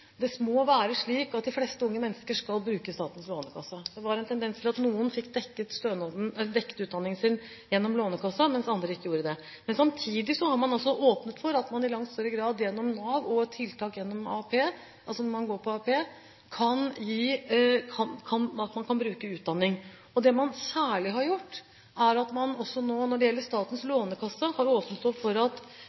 være slik at de fleste unge mennesker skal bruke Statens lånekasse. Det var en tendens til at noen fikk dekket utdanningen sin gjennom Lånekassen, mens andre ikke gjorde det. Samtidig har man åpnet for at man i langt større grad gjennom Nav og tiltak mens man går på avklaringspenger, kan bruke utdanning. Det man særlig har gjort når det gjelder Statens lånekasse, er å åpne opp for at unge uføre kan få omgjort lånene sine til stipend. Det